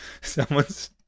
Someone's